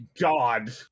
God